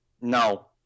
No